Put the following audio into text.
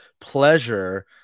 pleasure